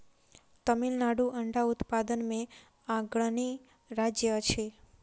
तमिलनाडु अंडा उत्पादन मे अग्रणी राज्य अछि